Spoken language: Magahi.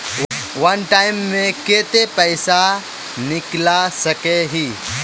वन टाइम मैं केते पैसा निकले सके है?